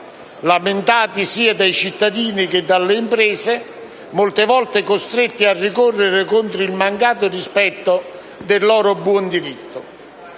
lamentata da cittadini ed imprese, molte volte costretti a ricorrere contro il mancato rispetto del loro buon diritto.